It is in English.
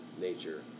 nature